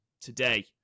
today